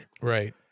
Right